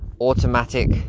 automatic